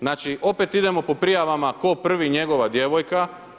Znači, opet idemo po prijavama tko prvi – njegova djevojka.